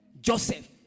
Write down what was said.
Joseph